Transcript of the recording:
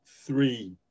three